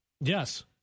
Yes